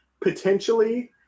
potentially